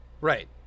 Right